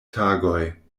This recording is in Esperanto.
tagoj